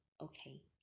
okay